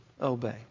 obey